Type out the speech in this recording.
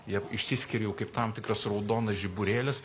jie išsiskiria jau kaip tam tikras raudonas žiburėlis